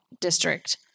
district